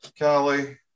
Callie